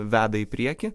veda į priekį